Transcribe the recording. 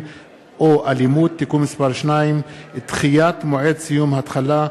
או אלימות (תיקון מס' 2) (דחיית מועד סיום ההחלה),